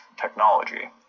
technology